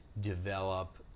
develop